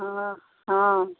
हँ हँ